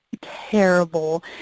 terrible